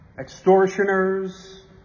Extortioners